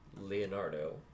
Leonardo